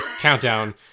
countdown